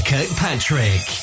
Kirkpatrick